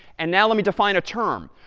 and now let me define a term.